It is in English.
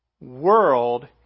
world